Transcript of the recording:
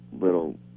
little